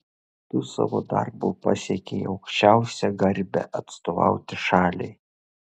tu savo darbu pasiekei aukščiausią garbę atstovauti šaliai